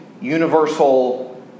universal